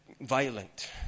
violent